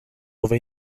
ove